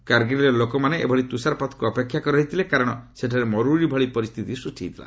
କାର୍ଗିଲ୍ର ଲୋକମାନେ ଏଭଳି ତୁଷାରପାତକୁ ଅପେକ୍ଷା କରି ରହିଥିଲେ କାରଣ ସେଠାରେ ମରୁଡ଼ି ଭଳି ପରିସ୍ଥିତି ସୃଷ୍ଟି ହୋଇଥିଲା